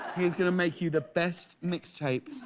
he's going to make you the best mixed tape.